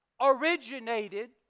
originated